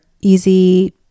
easy